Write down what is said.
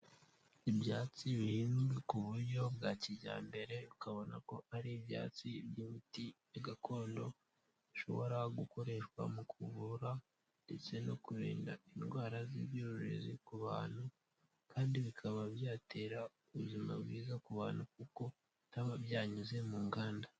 Ibyatsi bihinzwe ku buryo bwa kijyambere, ukabona ko ari ibyatsi by'imiti gakondo, bishobora gukoreshwa mu kuvura, ndetse no kurinda indwara z'ibyuririzi ku bantu, kandi bikaba byatera ubuzima bwiza ku bantu, kuko bitaba byanyuze mu nganda.